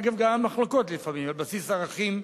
אגב, גם המחלוקות לפעמים הן על בסיס ערכים,